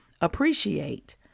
appreciate